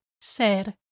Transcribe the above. ser